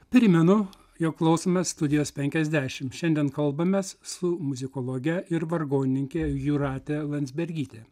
primenu jog klausome studijos penkiasdešim šiandien kalbamės su muzikologe ir vargonininke jūrate landsbergyte